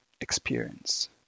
experience